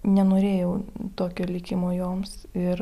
nenorėjau tokio likimo joms ir